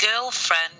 girlfriend